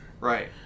Right